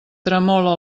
tremola